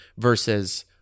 versus